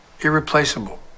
irreplaceable